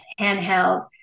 handheld